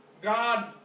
God